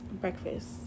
breakfast